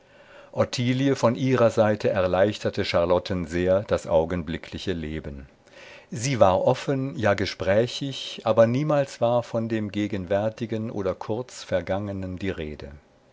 ottilie von ihrer seite erleichterte charlotten sehr das augenblickliche leben sie war offen ja gesprächig aber niemals war von dem gegenwärtigen oder kurz vergangenen die rede